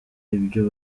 ibyo